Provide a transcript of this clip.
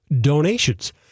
donations